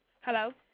Hello